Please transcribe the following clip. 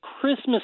christmas